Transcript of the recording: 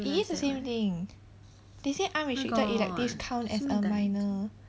it is the same thing they say unrestricted elective count as a minor